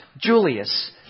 Julius